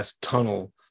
tunnel